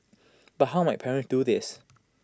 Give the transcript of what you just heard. but how might parents do this